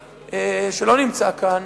שלא נמצא כאן,